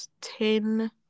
ten